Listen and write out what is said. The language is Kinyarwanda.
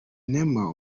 neema